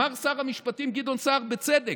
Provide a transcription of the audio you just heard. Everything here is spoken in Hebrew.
אמר שר המשפטים גדעון סער, בצדק: